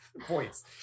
Points